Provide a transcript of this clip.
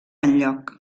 enlloc